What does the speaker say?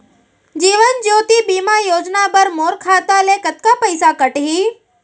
जीवन ज्योति बीमा योजना बर मोर खाता ले कतका पइसा कटही?